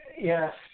Yes